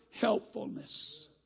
helpfulness